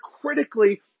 critically